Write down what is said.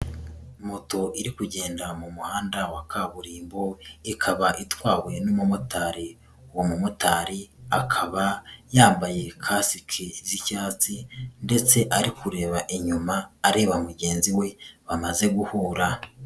Moto iri kugenda mu muhanda wa kaburimbo, ikaba itwawe n'umumotari. Uwo mumotari akaba yambaye kasikie z'icyatsi ndetse ari kureba inyuma, areba mugenzi we bamaze guhura.